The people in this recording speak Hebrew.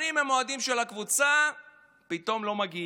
שנים הם אוהדים של הקבוצה ופתאום הם לא מגיעים,